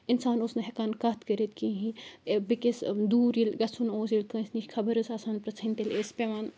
اِنسان اوس نہٕ ہٮ۪کان کَتھ کٔرِتھ کِہیٖنۍ بیٚکِس دوٗر ییٚلہِ گژھُن اوس ییٚلہِ کٲنٛسہِ نِش خبر ٲس آسان پِرٛژھٕنۍ تیٚلہِ ٲسۍ پٮ۪وان